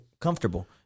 comfortable